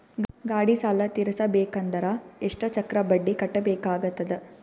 ಗಾಡಿ ಸಾಲ ತಿರಸಬೇಕಂದರ ಎಷ್ಟ ಚಕ್ರ ಬಡ್ಡಿ ಕಟ್ಟಬೇಕಾಗತದ?